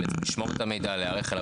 לשמור את המידע ולהיערך אליו.